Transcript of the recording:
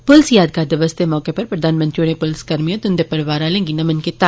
plus यादगार दिवस दे मौके पर प्रधानमंत्री होरें पुलसकर्मियें ते उन्दे परिवार आलें गी नमन कीता